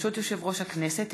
ברשות יושב-ראש הכנסת,